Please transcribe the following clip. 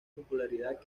popularidad